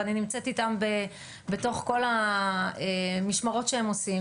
ואני נמצאת איתם בתוך כל המשמרות שהם עושים,